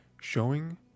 showing